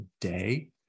day